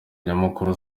nyamukuru